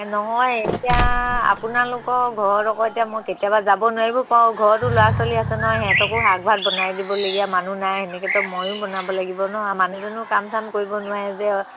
নহয় এতিয়া আপোনালোকৰ ঘৰত আকৌ এতিয়া মই কেতিয়াবা যাব নোৱাৰিব পাৰোঁ ঘৰতো ল'ৰা ছোৱালী আছে নহয় সিহঁতকো শাক ভাত বনাই দিবলগীয়া মানুহ নাই সেনেকেেতো ময়ো বনাব লাগিব ন মানুহজনো কাম চাম কৰিব নোৱাৰে যে